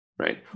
right